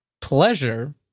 Pleasure